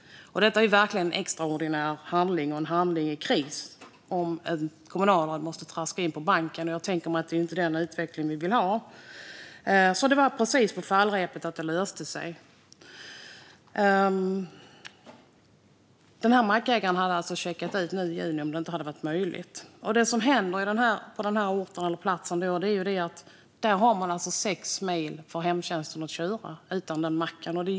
Det är verkligen en extraordinär handling och en handling i kris om ett kommunalråd måste traska in på banken. Jag tänker mig att det inte är den utveckling vi vill ha. Det var alltså på håret att det löste sig. Denna mackägare hade alltså checkat ut nu i juni om detta inte hade varit möjligt. När det gäller den här platsen skulle hemtjänsten få köra sex mil för att tanka utan den macken.